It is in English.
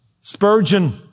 Spurgeon